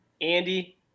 Andy